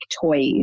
toys